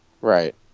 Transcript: Right